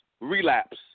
Relapse